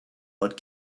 old